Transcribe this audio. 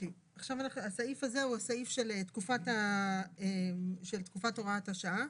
הסעיף הזה הוא סעיף של תקופת הוראת השעה.